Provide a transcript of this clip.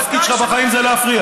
דרך אגב, התפקיד שלך בחיים זה להפריע.